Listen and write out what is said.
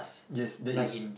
yes that is